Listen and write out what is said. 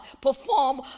perform